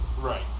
Right